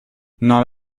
not